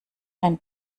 ein